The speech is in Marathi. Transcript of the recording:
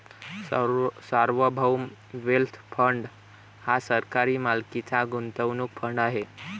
सार्वभौम वेल्थ फंड हा सरकारी मालकीचा गुंतवणूक फंड आहे